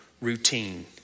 routine